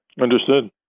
Understood